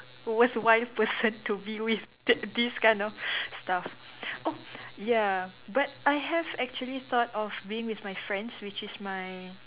was one person to be with that this kind of stuff oh ya but I have actually thought of being with my friends which is my